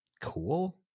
cool